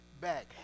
back